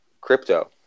crypto